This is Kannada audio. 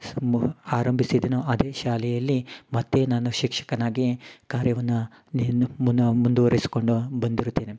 ಮೊ ಆರಂಭಿಸಿದೆನೊ ಅದೇ ಶಾಲೆಯಲ್ಲಿ ಮತ್ತೆ ನಾನು ಶಿಕ್ಷಕನಾಗಿ ಕಾರ್ಯವನ್ನ ನಿನ್ ಮುನ ಮುಂದುವರಿಸಿಕೊಂಡು ಬಂದಿರುತ್ತೇನೆ